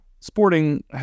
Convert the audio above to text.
Sporting